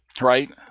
Right